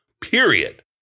period